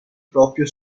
proprio